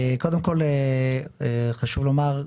קודם כל חשוב לומר,